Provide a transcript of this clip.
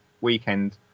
weekend